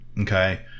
Okay